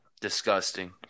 Disgusting